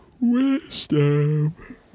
Wisdom